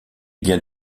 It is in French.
biens